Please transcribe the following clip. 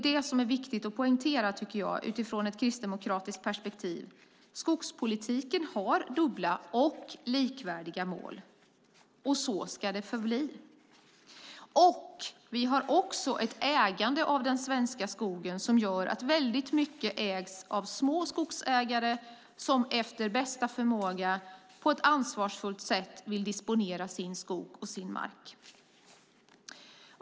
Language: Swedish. Det är viktigt att poängtera utifrån ett kristdemokratiskt perspektiv att skogspolitiken har dubbla och likvärdiga mål. Så ska det förbli. Den svenska skogen ägs till stor del av små skogsägare som efter bästa förmåga på ett ansvarsfullt sätt vill disponera sin skog och sin mark.